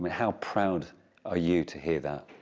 how proud are you to hear that?